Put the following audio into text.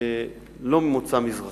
שאינן ממוצא מזרחי.